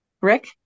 rick